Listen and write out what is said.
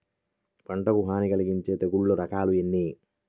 పంటకు హాని కలిగించే తెగుళ్ల రకాలు ఎన్ని?